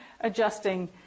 adjusting